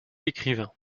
l’écrivain